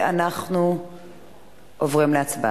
אנחנו עוברים להצבעה.